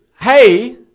hey